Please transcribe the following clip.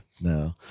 No